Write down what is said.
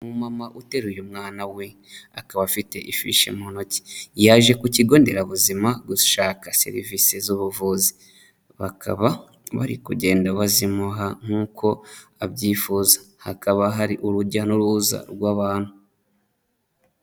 Umumama uteruye umwana we, akaba afite ifishi mu ntoki, yaje ku kigo nderabuzima gushaka serivise z'ubuvuzi, bakaba bari kugenda bazimuha nk'uko abyifuza, hakaba hari urujya n'uruza rw'abantu.